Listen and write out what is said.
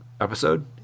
episode